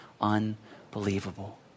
unbelievable